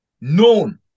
known